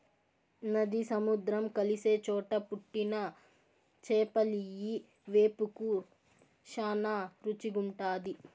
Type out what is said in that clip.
నది, సముద్రం కలిసే చోట పుట్టిన చేపలియ్యి వేపుకు శానా రుసిగుంటాది